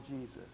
Jesus